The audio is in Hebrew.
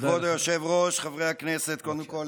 כבוד היושב-ראש, חברי הכנסת, קודם כול